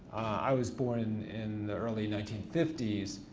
i was born in the early nineteen fifty s.